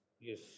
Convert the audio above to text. Yes